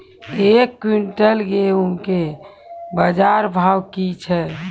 एक क्विंटल गेहूँ के बाजार भाव की छ?